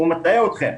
הוא מטעה אתכם.